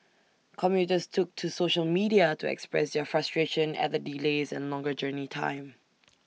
commuters took to social media to express their frustration at the delays and longer journey time